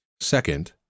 Second